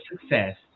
success